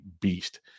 beast